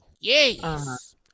Yes